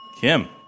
Kim